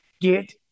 Get